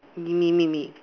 me me me me